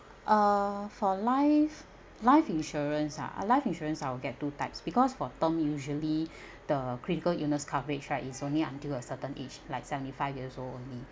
uh for life life insurance ah life insurance I will get two types because for term usually the critical illness coverage right is only until a certain age like seventy five years old only